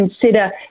consider